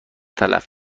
تلف